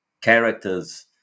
characters